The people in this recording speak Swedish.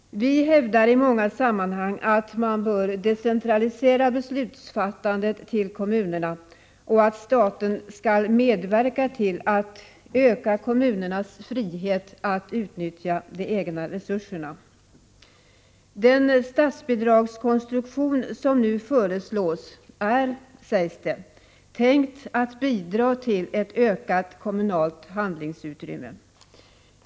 Vi hävdar i många sammanhang att man bör decentralisera beslutsfattandet till kommunerna och att staten skall medverka till att öka kommunernas frihet att utnyttja de egna resurserna. Den statsbidragskonstruktion som nu föreslås är, sägs det, tänkt att bidra till ett ökat kommunalt handlingsutrymme.